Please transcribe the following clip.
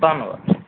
ਧੰਨਵਾਦ